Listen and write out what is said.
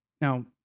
Now